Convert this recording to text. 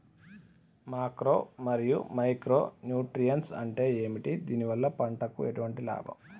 Macro మరియు micro nutrients అంటే ఏమిటి? దీనివల్ల పంటకు ఎటువంటి లాభం?